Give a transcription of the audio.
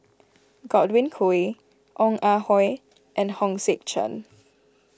Godwin Koay Ong Ah Hoi and Hong Sek Chern